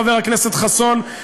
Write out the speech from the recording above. חבר הכנסת חסון,